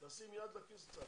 להכניס יד לכיס.